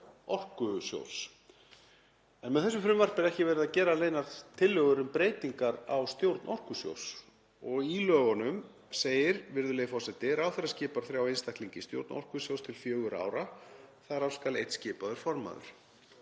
Orkusjóðs. En með þessu frumvarpi er ekki verið að gera neinar tillögur um breytingar á stjórn Orkusjóðs og í lögunum segir, virðulegi forseti: „Ráðherra skipar þrjá einstaklinga í stjórn Orkusjóðs til fjögurra ára, þar af skal einn skipaður formaður.“